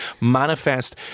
manifest